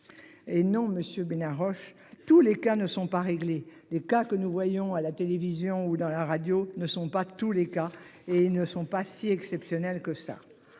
Et non Monsieur Bénard Roche tous les cas ne sont pas réglés. Des cas que nous voyons à la télévision ou dans la radio ne sont pas tous les cas et ils ne sont pas si exceptionnel que ça.